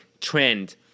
trend